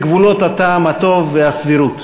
בגבולות הטעם הטוב והסבירות.